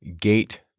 gate